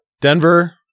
Denver